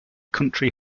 country